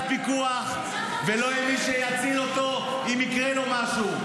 פיקוח ולא יהיה מי שיציל אותו אם יקרה לו משהו.